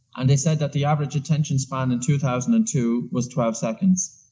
and they said that the average attention span in two thousand and two was twelve seconds.